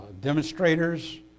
demonstrators